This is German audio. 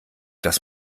das